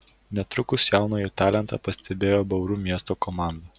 netrukus jaunąjį talentą pastebėjo bauru miesto komanda